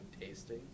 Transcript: tasting